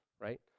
right